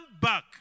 back